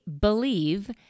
believe